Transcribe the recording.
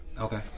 Okay